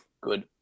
good